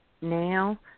Now